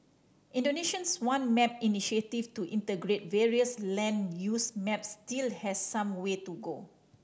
Indonesia's One Map initiative to integrate various land use maps still has some way to go